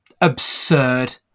absurd